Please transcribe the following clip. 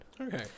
Okay